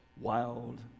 wild